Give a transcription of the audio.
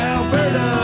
Alberta